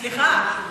סליחה.